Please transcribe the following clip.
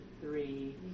three